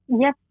Yes